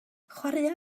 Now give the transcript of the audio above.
chwaraea